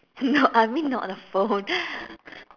no I mean not the phone